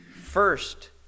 first